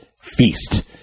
feast